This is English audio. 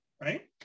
Right